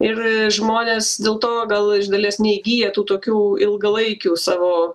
ir žmonės dėl to gal iš dalies neįgyja tų tokių ilgalaikių savo